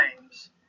times